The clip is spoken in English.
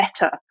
better